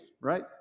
Right